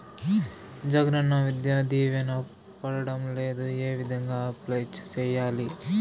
జగనన్న విద్యా దీవెన పడడం లేదు ఏ విధంగా అప్లై సేయాలి